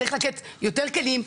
צריך לתת יותר כלים,